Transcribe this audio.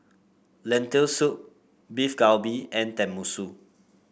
Lentil Soup Beef Galbi and Tenmusu